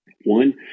One